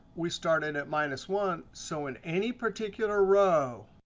we started at minus one. so in any particular row,